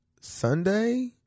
Sunday